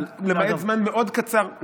למעט זמן מאוד קצר,